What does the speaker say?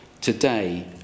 Today